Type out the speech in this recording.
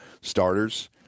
starters